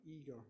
eager